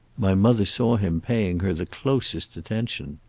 my mother saw him paying her the closest attention.